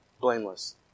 blameless